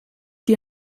die